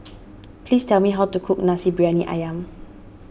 please tell me how to cook Nasi Briyani Ayam